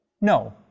no